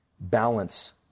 balance